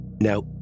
Now